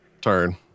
Turn